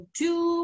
two